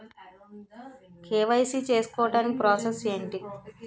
KYC చేసుకోవటానికి process ఏంటి?